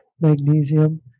magnesium